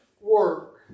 work